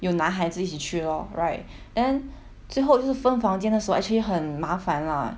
有男孩子一起去 lor right then 最后就是分房间的时候 actually 很麻烦 lah